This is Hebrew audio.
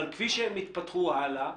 כפי שהם התפתחו הלאה,